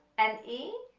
and e,